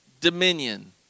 dominion